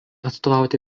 atstovauti